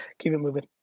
keep it movin'.